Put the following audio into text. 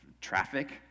traffic